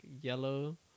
yellow